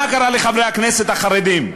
מה קרה לחברי הכנסת החרדים?